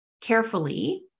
carefully